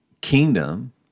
kingdom